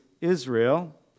Israel